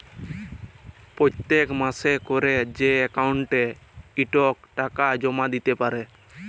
পত্তেক মাসে ক্যরে যে অক্কাউল্টে ইকট টাকা জমা দ্যিতে পারে